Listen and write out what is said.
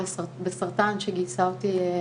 תחסכו אותם.